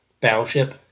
Battleship